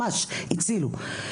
ממש הצילו.